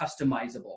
customizable